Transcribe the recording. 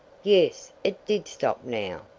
yes it did stop now.